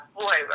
boy